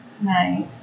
nice